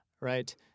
right